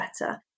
better